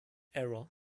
era